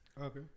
Okay